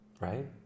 right